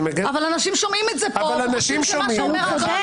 אני מגן --- אבל אנשים שומעים את זה פה וחושבים שמה שהוא אומר נכון.